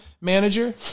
manager